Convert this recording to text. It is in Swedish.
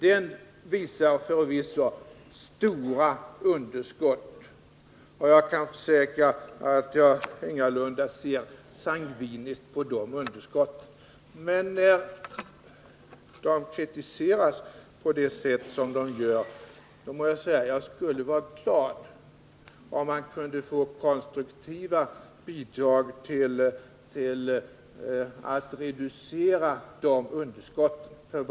Den visar förvisso stora underskott, och jag kan försäkra att jag ingalunda ser sangviniskt på de underskotten. Men jag må säga att jag skulle vara glad om man kunde få konstruktiva förslag som bidrar till att reducera underskotten.